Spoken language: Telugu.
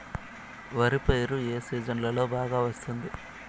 వరి పైరు ఏ సీజన్లలో బాగా వస్తుంది